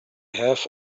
have